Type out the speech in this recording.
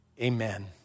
amen